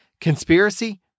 conspiracy